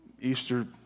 Easter